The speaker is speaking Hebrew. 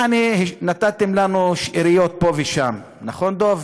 יעני, נתתם לנו שאריות פה ושם, נכון, דב?